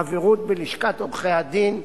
חברות בלשכת עורכי-הדין,